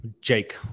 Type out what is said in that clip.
jake